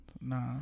Nah